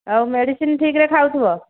ଆଉ ମେଡ଼ିସିନ୍ ଠିକ୍ରେ ଖାଉଥିବ